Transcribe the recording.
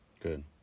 Good